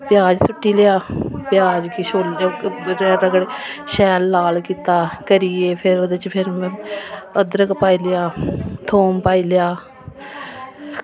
प्याज़ छुरी लेआ प्याज़ छूरदे तगर शैल लाल कीता फिर ओह्दे बिच करियै में अदरक पाई लेआ थूम पाई लेआ